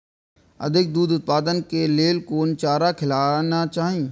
अधिक दूध उत्पादन के लेल कोन चारा खिलाना चाही?